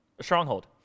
stronghold